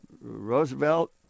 Roosevelt